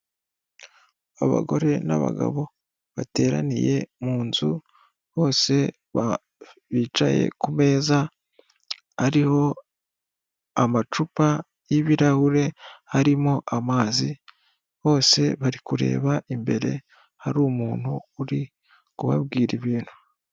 Abagore n'abagabo bateraniye mu inzu bose bicaye ku meza ariho amacupa y'ibirahure harimo amazi bose bari kureba imbere hari umuntu uri kubabwira ibintu.